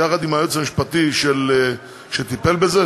יחד עם היועץ המשפטי שטיפל בזה,